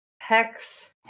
hex